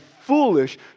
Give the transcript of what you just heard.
foolish